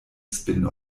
spin